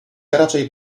raczej